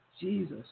Jesus